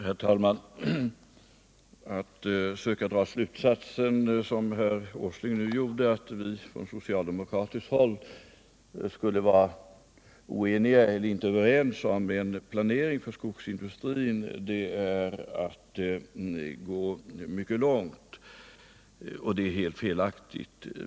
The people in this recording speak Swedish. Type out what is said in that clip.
Herr talman! Att söka dra den slutsatsen, som herr Åsling nu gjorde, att vi på socialdemokratiskt håll inte skulle vara överens om en planering för skogsindustrin är mycket långtgående och helt felaktigt.